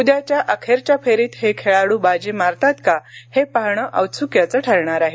उद्याच्या अखेरच्या फेरीत हे खेळाड् बाजी मारतात का हे पाहणं औत्सुक्याचं ठरणार आहे